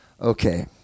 Okay